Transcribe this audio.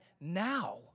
now